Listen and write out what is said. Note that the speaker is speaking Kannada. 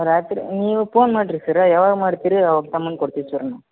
ಸರ ಆಯ್ತ್ರಿ ನೀವು ಪೋನ್ ಮಾಡಿರಿ ಸರ ಯಾವಾಗ ಮಾಡ್ತೀರಿ ಅವಾಗ ತಂಬಂದು ಕೊಡ್ತೀವಿ ಸರ್ ನಾವು